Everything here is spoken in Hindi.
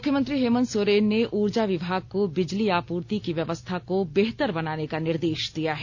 मुख्यमंत्री हेमंत सोरेन ने उर्जा विभाग को बिजली आपूर्ति की व्यवस्था को बेहतर बनाने का निर्देश दिया है